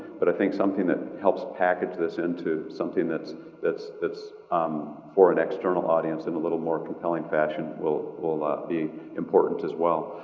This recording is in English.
but i think something that helps package this into something that's that's um for an external audience in a little more compelling fashion will will ah be important as well.